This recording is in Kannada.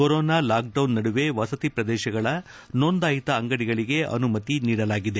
ಕೊರೋನಾ ಲಾಕ್ಡೌನ್ ನಡುವೆ ವಸತಿ ಪ್ರದೇಶಗಳ ನೊಂದಾಯಿತ ಅಂಗಡಿಗಳಿಗೆ ಅನುಮತಿ ನೀಡಲಾಗಿದೆ